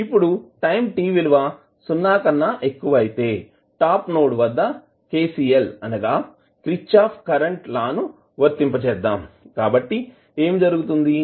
ఇప్పుడు time t విలువ 0 కన్నా ఎక్కువ అయితే టాప్ నోడ్ వద్ద KCL ను వర్తింప జేద్దాం కాబట్టి ఏమి జరుగుతుంది